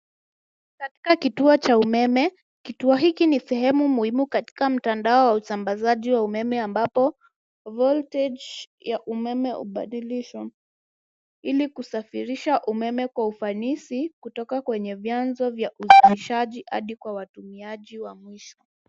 Katika kituo cha umeme, kituo hiki ni sehemu muhimu katika mtandao wa usambazaji wa umeme ambapo voltage ya umeme ubadilisho ili kusafirisha umeme kwa ufanisi kutoka kwenye vyanzo vya usafirishaji hadi kwa watumiaji wa mwisho.